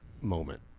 moment